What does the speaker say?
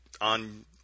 on